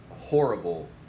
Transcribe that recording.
horrible